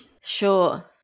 Sure